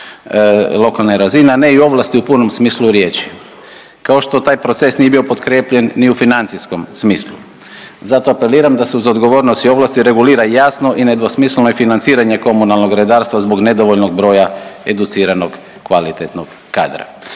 lokalne razine, a ne i ovlasti u punom smislu riječi kao taj proces nije bio potkrijepljen ni u financijskom smislu. Zato apeliram da se uz odgovornost i ovlasti regulira jasno i nedvosmisleno i financiranje komunalnog redarstva zbog nedovoljnog broja educiranog kvalitetnog kadra.